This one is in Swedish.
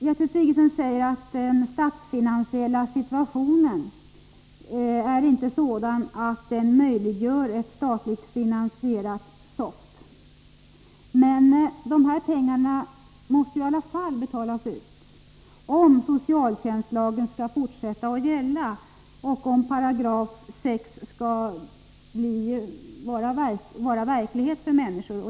Gertrud Sigurdsen säger att den statsfinansiella situationen inte är sådan att den möjliggör ett statligt finansierat SOFT. Men motsvarande pengar måste ju i alla fall betalas ut, om socialtjänstlagen skall fortsätta att gälla och om dess 6 8 skall vara verklighet för människorna.